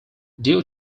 due